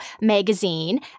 magazine